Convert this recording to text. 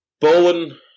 Bowen